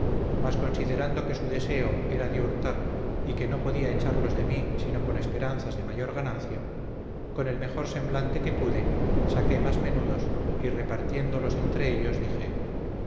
mas considerando que su deseo era de hurtar y que no podía echarlos de mi sino con esperanzas de mayor ganancia con el mejor semblante que pude saqué más menudos y repartiéndolos entre ellos dije